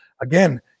again